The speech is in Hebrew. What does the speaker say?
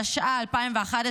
התשע"ה 2011,